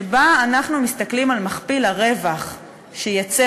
שבה אנחנו מסתכלים על מכפיל הרווח שיצא